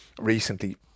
recently